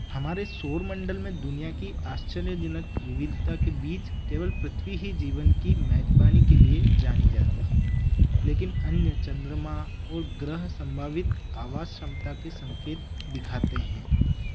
हमारे सौर मण्डल में दुनिया की आश्चर्यजनक विविधता के बीच केवल पृथ्वी ही जीवन की मेज़बानी के लिए जानी जाती है लेकिन अन्य चंद्रमा और ग्रह सम्भावित आवास क्षमता के संकेत दिखाते हैं